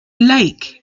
lake